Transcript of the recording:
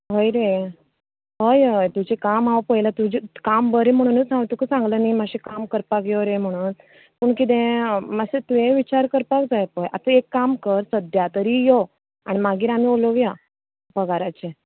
हय रे हय हय तुजें काम हांव पयला तुजे काम बरें म्हणुनूच हांवे तुका सांगला न्ही मातशें काम करपाक यो रे म्हणून पूण कितें मातसो तुवेंय विचार करपाक जाय पय आतां एक काम कर सद्द्या तरी यो आनी मागीर आमी उलोवया पगाराचें